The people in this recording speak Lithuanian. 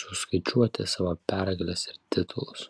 suskaičiuoti savo pergales ir titulus